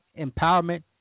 empowerment